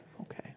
Okay